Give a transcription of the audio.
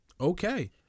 Okay